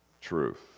truth